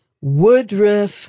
Woodruff